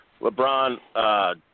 LeBron